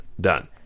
Done